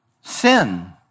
sin